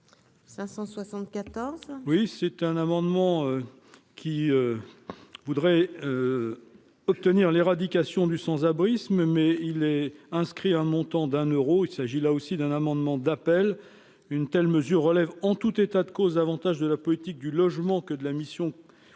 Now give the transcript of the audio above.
574. Oui, c'est un amendement qui voudrait obtenir l'éradication du sans-abrisme mais il est inscrit un montant d'un euros, il s'agit là aussi d'un amendement d'appel, une telle mesure relève en tout état de cause, davantage de la politique du logement, que de la mission